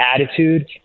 attitude